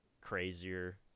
crazier